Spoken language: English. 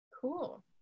Cool